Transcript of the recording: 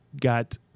got